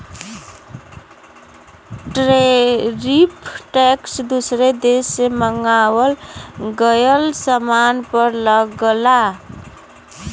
tariff tax दूसर देश से मंगावल गयल सामान पर लगला